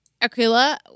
Aquila